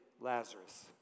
Lazarus